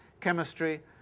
chemistry